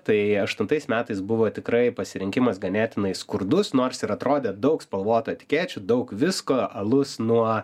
tai aštuntais metais buvo tikrai pasirinkimas ganėtinai skurdus nors ir atrodė daug spalvotų etikečių daug visko alus nuo